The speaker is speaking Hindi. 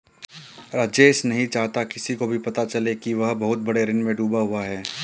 राजेश नहीं चाहता किसी को भी पता चले कि वह बहुत बड़े ऋण में डूबा हुआ है